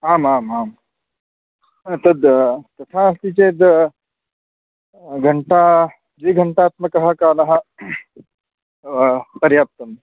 आमामाम् तद् तथा अस्ति चेद् घण्टा त्रिघण्टात्मकतः पर्याप्तम्